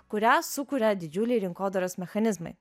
kurią sukuria didžiuliai rinkodaros mechanizmai